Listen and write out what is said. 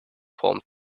palm